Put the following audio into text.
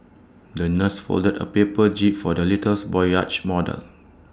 the nurse folded A paper jib for the little boy's yacht model